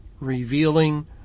revealing